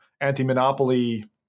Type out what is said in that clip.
anti-monopoly